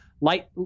Light